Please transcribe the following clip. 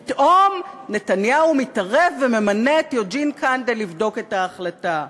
פתאום נתניהו מתערב וממנה את יוג'ין קנדל לבדוק את ההחלטה.